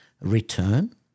Return